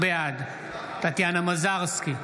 בעד טטיאנה מזרסקי,